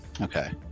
Okay